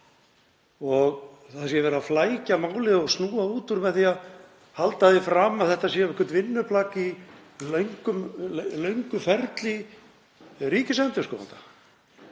og það sé verið að flækja málið og snúa út úr með því að halda því fram að þetta sé eitthvert vinnuplagg í löngu ferli ríkisendurskoðanda.